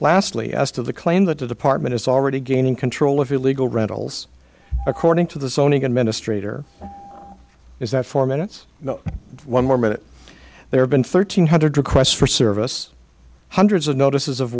lastly as to the claim that the department is already gaining control of illegal rentals according to the zoning administrator is that four minutes now one more minute there have been thirteen hundred requests for service hundreds of notices of